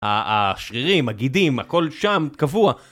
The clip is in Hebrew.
השרירים, הגידים, הכל שם קבוע.